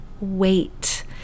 wait